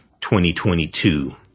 2022